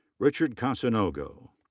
richard kasonogo.